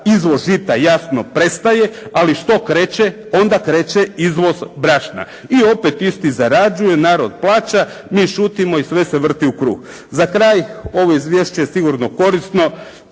izvoz žita jasno prestaje. Ali što kreće? Onda kreće izvoz brašna. I opet isti zarađuju. Narod plaća. Mi šutimo i sve se vrti u krug. Za kraj, ovo izvješće je sigurno korisno.